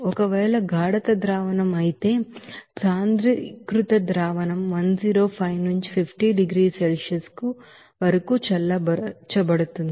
ఒకవేళ concentration solution అయితే concentrated solution 105 నుంచి 50 డిగ్రీల సెల్సియస్ వరకు చల్లబరచబడుతుంది